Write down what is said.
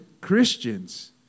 Christians